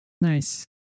Nice